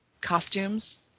costumes